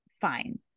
fine